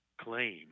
claim